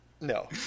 No